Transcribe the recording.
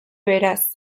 beraz